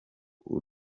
uru